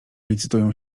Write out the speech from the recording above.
licytują